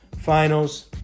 Finals